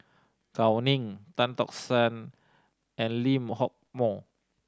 Gao Ning Tan Tock San and Lee Hock Moh